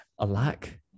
Alack